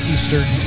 Eastern